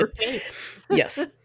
Yes